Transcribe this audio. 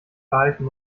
verhalten